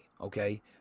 okay